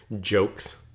jokes